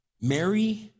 Mary